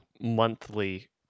monthly